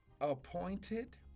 appointed